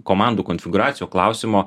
komandų konfigūracijų klausimo